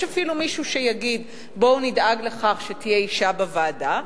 יש אפילו מישהו שיגיד: בואו נדאג לכך שתהיה אשה בוועדה,